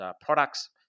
products